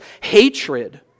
hatred